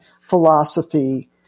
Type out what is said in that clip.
philosophy